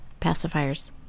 pacifiers